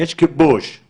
לא, דיברת מחצית מהזמן שלי.